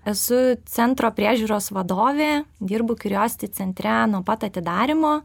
esu centro priežiūros vadovė dirbu kurijositi centre nuo pat atidarymo